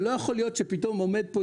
זה לא יכול להיות שפתאום עומד פה,